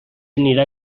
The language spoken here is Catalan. anirà